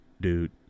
dude